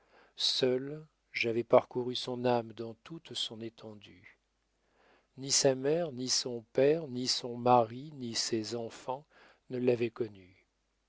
seul j'avais parcouru son âme dans toute son étendue ni sa mère ni son père ni son mari ni ses enfants ne l'avaient connue